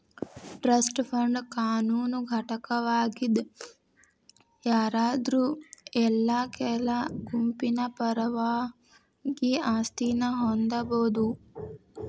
trust fund ಕಾನೂನು ಘಟಕವಾಗಿದ್ ಯಾರಾದ್ರು ಇಲ್ಲಾ ಕೆಲ ಗುಂಪಿನ ಪರವಾಗಿ ಆಸ್ತಿನ ಹೊಂದಬೋದು